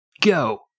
Go